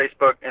facebook